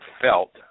felt